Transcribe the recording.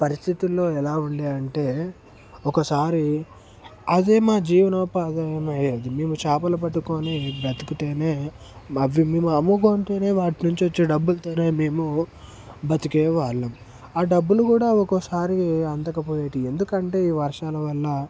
ఆ పరిస్థితుల్లో ఎలా ఉండే అంటే ఒకసారి అదే మా జీవనోపాది ఆదాయము అయ్యేది మేము చేపలు పట్టుకొని బ్రతుకుతేనే మా అవి అమ్ముకుంటేనే వాటి నుంచి వచ్చే డబ్బులతోనే మేము బతికే వాళ్ళం ఆ డబ్బులు కూడా ఒక్కో సారి అందకపోయేవి ఎందుకంటే ఈ వర్షాలు వల్ల